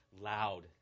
loud